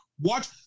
watch